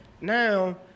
now